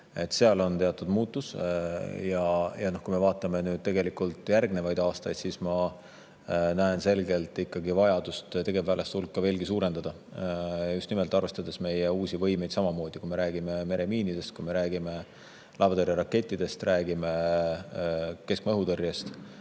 Seal on teatud muutus. Ja kui me vaatame nüüd tegelikult järgnevaid aastaid, siis ma näen selgelt vajadust tegevväelaste hulka veelgi suurendada, just nimelt arvestades meie uusi võimeid. Kui me räägime meremiinidest, kui me räägime laevatõrjerakettidest, kui me räägime keskmaa õhutõrjest,